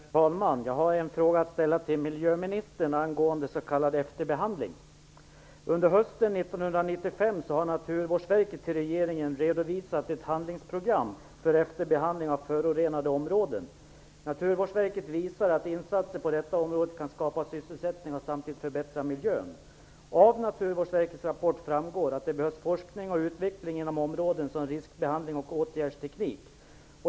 Fru talman! Jag har en fråga att ställa till miljöministern angående s.k. efterbehandling. Under hösten 1995 har Naturvårdsverket till regeringen redovisat ett handlingsprogram för efterbehandling av förorenade områden. Naturvårdsverket visar att insatser på detta område kan skapa sysselsättning och samtidigt förbättra miljön. Av Naturvårdsverkets rapport framgår att det behövs forskning och utveckling inom områden som riskbehandling och åtgärdsteknik.